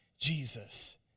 Jesus